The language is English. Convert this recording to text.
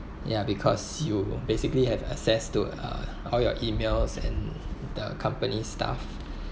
ya because you basically have access to uh all your emails and the company's stuff